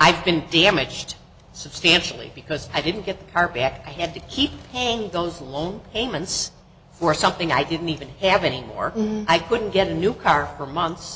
i've been damaged substantially because i didn't get the car back i had to keep paying those loan payments for something i didn't even have anymore i couldn't get a new car for months